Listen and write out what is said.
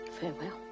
Farewell